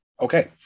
okay